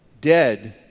dead